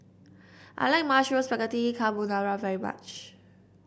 I like Mushroom Spaghetti Carbonara very much